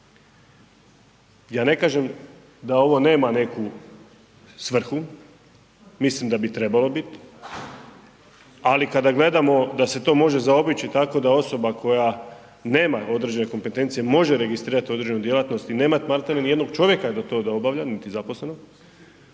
Ja ne kažem da ovo nema neku svrhu, mislim da bi trebalo biti, ali kada gledamo da se to može zaobići tako da osoba koja nema određene kompetencije može registrirati određenu djelatnost i nemat maltene ni jednog čovjeka da to obavlja, niti zaposlenog